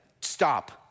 Stop